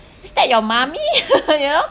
is that your mummy you know